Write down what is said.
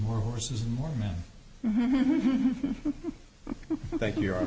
more horses more men thank you